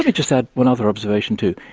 yeah just add one other observation too.